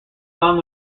song